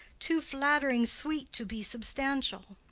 too flattering-sweet to be substantial.